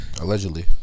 Allegedly